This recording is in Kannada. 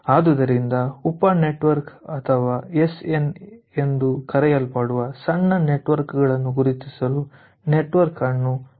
ಆದ್ದರಿಂದ ಉಪ ನೆಟ್ವರ್ಕ್ ಅಥವಾ SN ಎಂದು ಕರೆಯಲ್ಪಡುವ ಸಣ್ಣ ನೆಟ್ವರ್ಕ್ ಳನ್ನು ಗುರುತಿಸಲು ನೆಟ್ವರ್ಕ್ ಅನ್ನು ಸಂಶ್ಲೇಷಿಸುತ್ತಿದ್ದೇವೆ